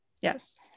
Yes